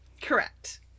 Correct